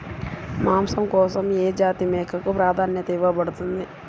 మాంసం కోసం ఏ జాతి మేకకు ప్రాధాన్యత ఇవ్వబడుతుంది?